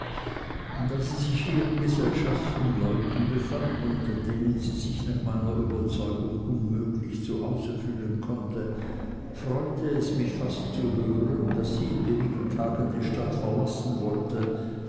da sie sich hier in gesellschaft von leuten befand unter denen sie sich nach meiner überzeugung unmöglich zu hause fühlen konnte freute es mich fast zu hören daß sie in wenigen tagen die stadt verlassen wollte